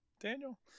Daniel